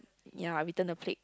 ya return the plate